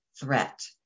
threat